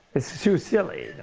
it's too silly.